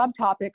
subtopics